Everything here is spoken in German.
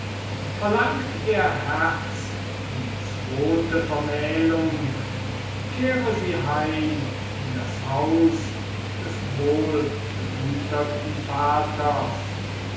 verlangt ihr herz die zwote vermählung kehre sie heim in das haus des wohlbegüterten vaters